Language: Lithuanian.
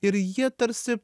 ir jie tarsi